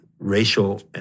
Racial